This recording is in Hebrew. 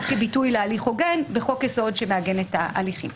כביטוי להליך הוגן בחוק יסוד שמעגן את ההליכים.